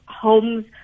homes